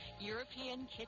European